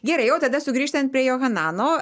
gerai o tada sugrįžtant prie johanano